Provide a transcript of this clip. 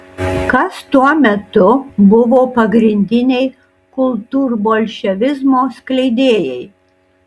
kas tuo metu buvo pagrindiniai kultūrbolševizmo skleidėjai